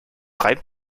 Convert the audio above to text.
reimt